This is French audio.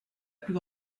plus